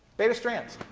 beta strands.